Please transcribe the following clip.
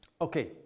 okay